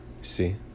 see